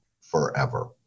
forever